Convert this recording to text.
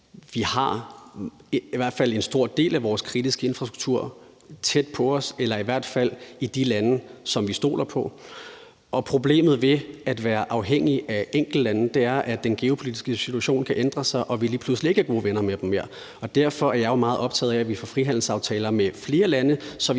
vi har i hvert fald en stor del af vores kritiske infrastruktur tæt på os eller i hvert fald i de lande, som vi stoler på. Og problemet ved at være afhængig af enkeltlande er, at den geopolitiske situation kan ændre sig, og at vi lige pludselig ikke mere er gode venner med dem. Derfor er jeg jo meget optaget af, at vi får frihandelsaftaler med flere lande,